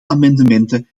amendementen